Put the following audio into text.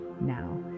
now